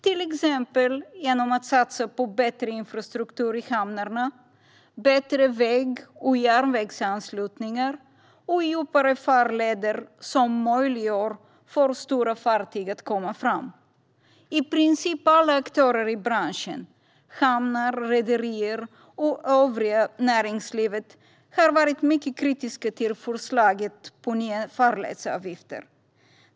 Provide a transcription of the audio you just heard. Till exempel kan man satsa på bättre infrastruktur i hamnarna, bättre väg och järnvägsanslutningar och djupare farleder som möjliggör för stora fartyg att komma fram. I princip alla aktörer i branschen - hamnar, rederier och övriga näringslivet - har varit mycket kritiska till förslaget om nya farledsavgifter.